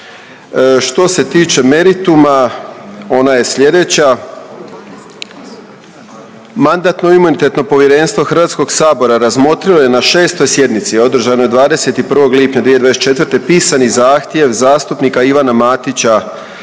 obnašati Ivica Ledenko. Drugo, Mandatno-imunitetno povjerenstvo Hrvatskog sabora razmotrilo je na 6. sjednici održanoj 21. lipnja 2024. pisani zahtjev zastupnika Marka